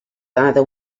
either